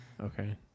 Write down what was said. Okay